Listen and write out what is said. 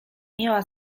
miała